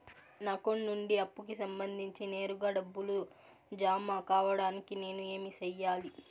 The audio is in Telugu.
నా అకౌంట్ నుండి అప్పుకి సంబంధించి నేరుగా డబ్బులు జామ కావడానికి నేను ఏమి సెయ్యాలి?